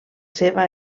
seva